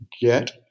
get